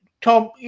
Tom